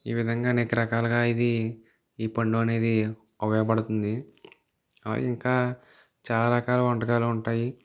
ఈ విధంగా అనేక రకాలుగా ఇది ఈ పండు అనేది ఉపయోగపడుతుంది ఇంకా చాలా రకాల వంటకాలు ఉంటాయి